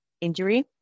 injury